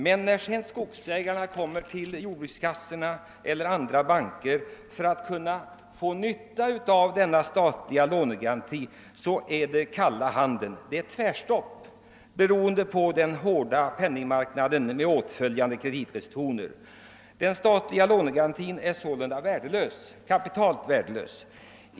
Men när sedan skogsägarna kommer till jordbrukskassorna eller andra banker för att använda sig av denna statliga lånegaranti blir det tvärstopp, beroende på den hårda penningmarknaden med åtföljande kreditrestriktioner. Den statliga lånegarantin är sålunda helt värdelös.